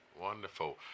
wonderful